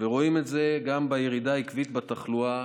ורואים את זה גם בירידה עקבית בתחלואה,